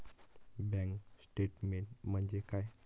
Bank statement म्हणजे काय?